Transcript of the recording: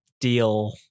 deal